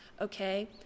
okay